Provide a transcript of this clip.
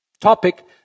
topic